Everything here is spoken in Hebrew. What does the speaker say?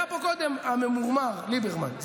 היה פה קודם הממורמר ליברמן,